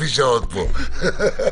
באמצעות --- סומכים עליך, יודעים.